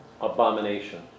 Abomination